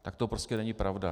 Tak to prostě není pravda.